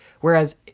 Whereas